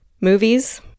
movies